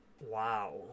Wow